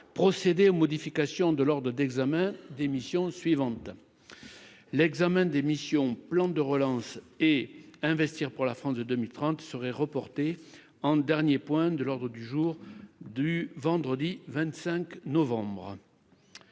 procéder aux modifications de lors de d'examen d'émissions suivantes : l'examen des missions, plan de relance et investir pour la France de 2030 serait reportée en dernier point de l'ordre du jour du vendredi 25 novembre